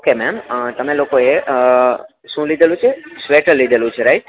okay ma'am તમે લોકો એ શું લીધેલું છે સ્વેટર લીધેલું છે રાઈટ